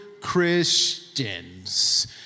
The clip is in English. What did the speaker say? Christians